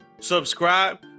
subscribe